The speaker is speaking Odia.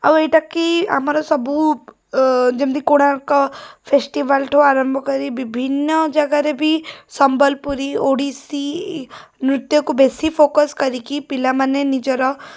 ଆଉ ଏଇଟାକି ଆମର ସବୁ ଯେମିତି କୋଣାର୍କ ଫେଷ୍ଟିଭାଲ୍ଠାରୁ ଆରମ୍ଭ କରି ବିଭିନ୍ନ ଜାଗାରେ ବି ସମ୍ବଲପୁରୀ ଓଡ଼ିଶୀ ନୃତ୍ୟକୁ ବେଶୀ ଫୋକସ୍ କରିକି ପିଲାମାନେ ନିଜର